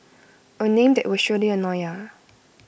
A name that will surely annoy ya